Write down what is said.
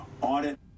audit